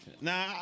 Nah